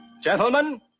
Gentlemen